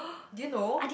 did you know